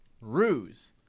ruse